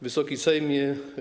Wysoki Sejmie!